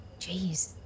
Jeez